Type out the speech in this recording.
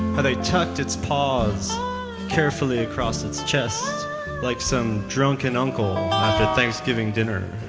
how they tucked its paws carefully across its chest like some drunken uncle after thanksgiving dinner.